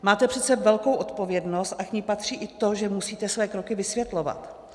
Máte přece velkou odpovědnost a k ní patří i to, že musíte své kroky vysvětlovat.